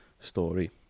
story